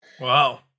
Wow